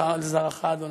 לך ולזרעך עד עולם.